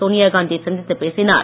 சோனியா காந்தி யை சந்தித்துப் பேசினார்